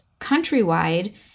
countrywide